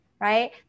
right